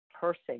person